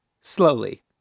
slowly